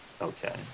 Okay